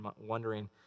wondering